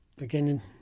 again